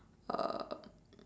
uh